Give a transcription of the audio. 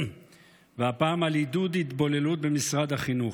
והפעם על עידוד התבוללות במשרד החינוך.